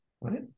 right